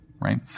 Right